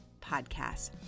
podcast